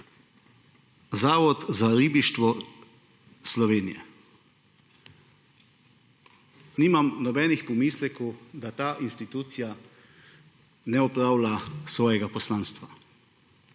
Zavod za ribištvo Slovenije. Nimam nobenih pomislekov, da ta institucija ne opravlja svojega poslanstva,